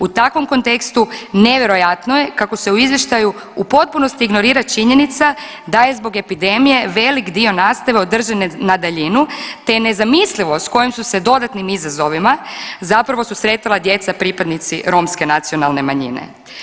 U takvom kontekstu nevjerojatno je kako se u izvještaju potpunosti ignorira činjenica da je zbog epidemije velik dio nastave održane na daljinu, te je nezamislivo sa kojim su se dodatnim izazovima zapravo susretala djeca pripadnici romske nacionalne manjine.